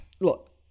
Look